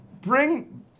Bring